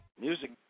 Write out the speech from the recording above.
Music